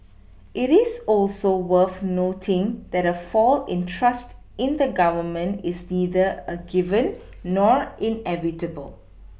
it is also worth noting that a fall in trust in the Government is neither a given nor inevitable